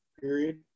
period